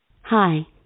Hi